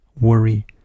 worry